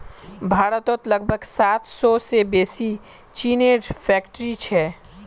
भारतत लगभग सात सौ से बेसि चीनीर फैक्ट्रि छे